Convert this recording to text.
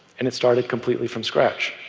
and it started completely from scratch.